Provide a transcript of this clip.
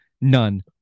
none